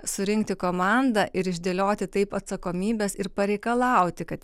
surinkti komandą ir išdėlioti taip atsakomybes ir pareikalauti kad